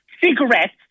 cigarettes